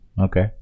okay